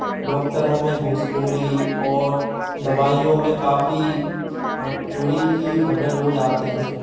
डॉक्टरों में घूसखोरी और दवाइयों में काफ़ी आज चोरी की खबरें रोज़ आती हैं